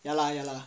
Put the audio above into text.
ya lah ya lah